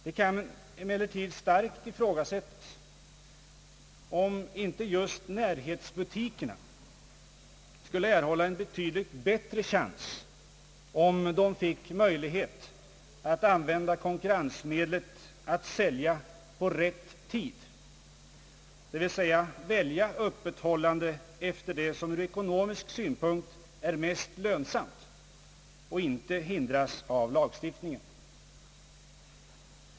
Det kan cmellertid starkt ifrågasättas om inte just närhetsbutikerna skulle erhålla en betydligt bättre chans, om de fick möjlighet att använda konkurrensmedlet att sälja på »rätt tid», d. v. s. välja öppethållande efter vad som ur ekonomisk synpunkt är mest lönsamt och inte hind ras av lagstiftningen.